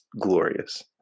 glorious